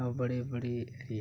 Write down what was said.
और बड़े बड़े यह